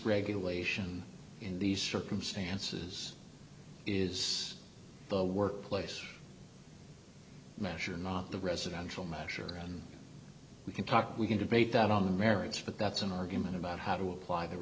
regulation in these circumstances is the workplace masher not the residential much around we can talk we can debate that on the merits but that's an argument about how to apply the